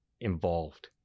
involved